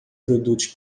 produtos